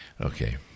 Okay